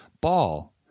ball